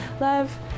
Love